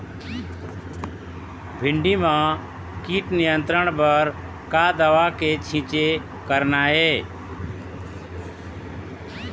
भिंडी म कीट नियंत्रण बर का दवा के छींचे करना ये?